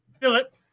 Philip